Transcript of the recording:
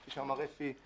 כפי שאמר אפי,